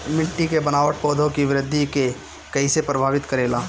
मिट्टी के बनावट पौधों की वृद्धि के कईसे प्रभावित करेला?